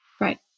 Right